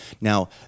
Now